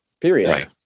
period